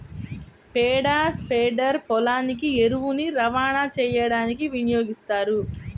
పేడ స్ప్రెడర్ పొలానికి ఎరువుని రవాణా చేయడానికి వినియోగిస్తారు